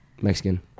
Mexican